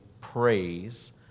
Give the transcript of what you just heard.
praise